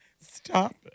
Stop